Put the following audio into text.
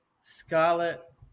Scarlet